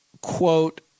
quote